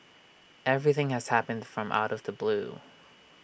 everything has happened from out of the blue